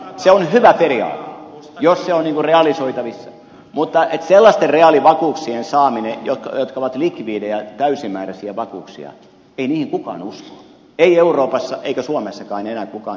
se on hyvä periaate jos se on niin kuin realisoitavissa mutta sellaisten reaalivakuuksien saamiseen jotka ovat likvidejä täysimääräisiä vakuuksia ei kukaan usko ei euroopassa eikä suomessakaan enää kukaan niihin usko